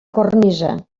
cornisa